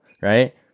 right